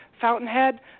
Fountainhead